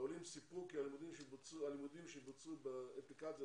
העולים סיפרו כי הלימודים שבוצעו באמצעות